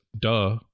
duh